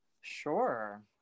Sure